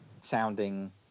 sounding